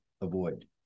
avoid